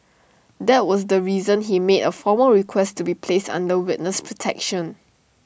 that was the reason he made A formal request to be placed under witness protection